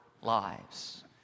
lives